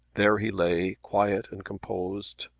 there he lay quiet and composed,